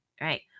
right